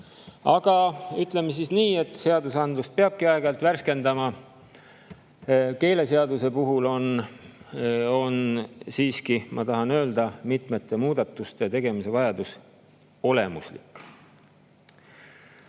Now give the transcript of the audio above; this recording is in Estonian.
Aga ütleme siis nii, et seadusandlust peabki aeg-ajalt värskendama. Keeleseaduse puhul on siiski, ma tahan öelda, mitmete muudatuste tegemise vajadus olemuslik.